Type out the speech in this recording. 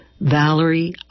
Valerie